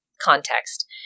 context